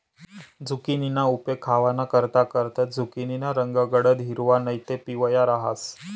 झुकिनीना उपेग खावानाकरता करतंस, झुकिनीना रंग गडद हिरवा नैते पिवया रहास